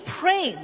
pray